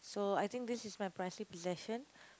so I think this is my pricy possession